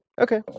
Okay